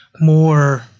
more